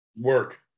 work